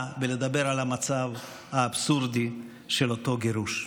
ולדבר על המצב האבסורדי של אותו גירוש.